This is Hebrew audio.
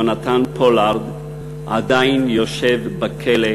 יונתן פולארד עדיין יושב בכלא,